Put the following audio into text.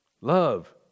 Love